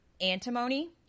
antimony